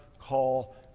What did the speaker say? call